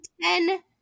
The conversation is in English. ten